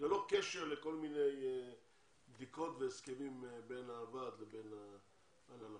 ללא קשר לכל מיני בדיקות והסכמים בין הוועד לבין ההנהלה.